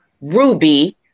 ruby